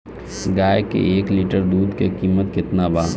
गाय के एक लीटर दूध के कीमत केतना बा?